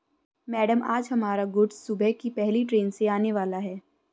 madam आज हमारा goods सुबह की पहली ट्रैन से आने वाला है